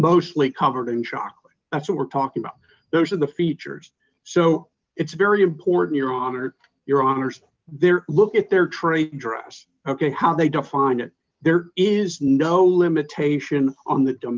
mostly covered in chocolate that's what we're talking about those are the features so it's very important your honor your honour's their look at their trade dress ok how they don't find it there is no limitation on the